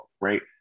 right